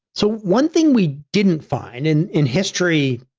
so, one thing we didn't find in in history,